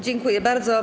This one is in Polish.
Dziękuję bardzo.